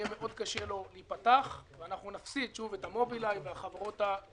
יהיה לו מאוד קשה להיפתח ואנחנו נפסיד את המובילאיי והחברות הדומות